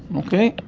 ok?